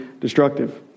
destructive